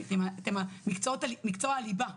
זה משקף את הפעימה הראשונה.